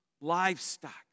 livestock